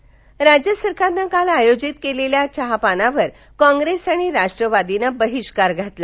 चहापान बहिष्कार राज्य सरकारनं काल आयोजित केलेल्या चहापानावर काँग्रेस आणि राष्ट्रवादीनं बहिष्कार घातला